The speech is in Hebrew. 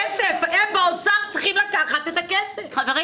אתה יורד לדיון צד רק על הילדים האלרגיים כשיש לנו את הדיון --- עומר,